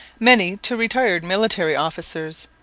many to retired military officers,